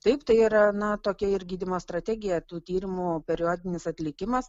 taip tai yra na tokia ir gydymo strategija tų tyrimo periodinis atlikimas